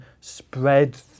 spread